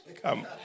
Come